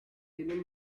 tienen